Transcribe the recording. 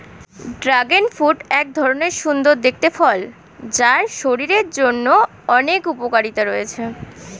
dragon fruit এক ধরণের সুন্দর দেখতে ফল যার শরীরের জন্য অনেক উপকারিতা রয়েছে